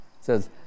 says